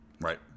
Right